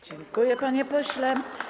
Dziękuję, panie pośle.